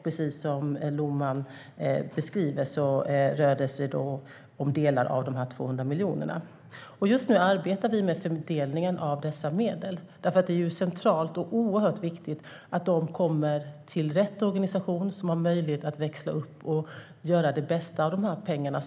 Precis som Lohman beskriver rör det sig om delar av de 200 miljonerna. Just nu arbetar vi med fördelningen av medlen. Det är centralt att de kommer till rätt organisation, som har möjlighet att växla upp och göra det bästa av pengarna.